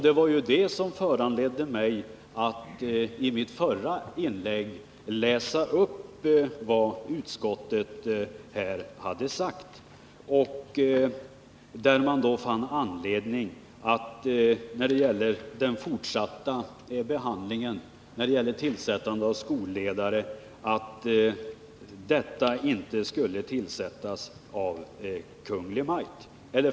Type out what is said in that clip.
Det var ju det som föranledde mig att i mitt förra inlägg läsa upp vad statsutskottet anfört. Därav framgår att man fann anledning att när det gäller den fortsatta behandlingen av frågan om tillsättningen av skolledare uttala att skolledare inte skulle tillsättas av Kungl. Maj:t.